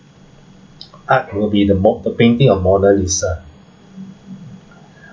art will be the m~ the painting of mona lisa